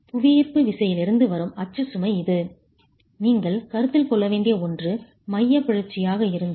புவியீர்ப்பு விசையிலிருந்து வரும் அச்சு சுமை இது நீங்கள் கருத்தில் கொள்ள வேண்டிய ஒன்று மையப் பிறழ்ச்சியாக இருந்தால்